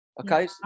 okay